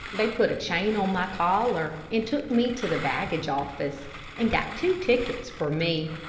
they put a chain on my collar and took me to the baggage office and got two tickets for me.